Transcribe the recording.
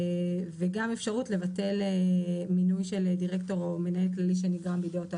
וגם אפשרות לבטל מינוי של דירקטור או מנהל כללי שנגרם בידי אותו אודם.